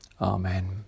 Amen